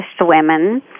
women